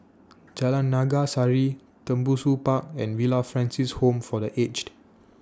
Jalan Naga Sari Tembusu Park and Villa Francis Home For The Aged